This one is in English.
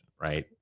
right